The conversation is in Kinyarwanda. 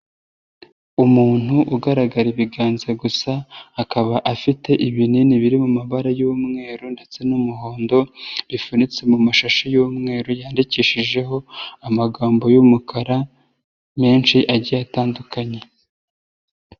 Umuntu ugaragara ibiganza gusa, akaba afite ibinini biri mu mabara y'umweru ndetse n'umuhondo bifunitse mu masha y'umweru yandikishijeho amagambo y'umukara menshi agiye atandukanye.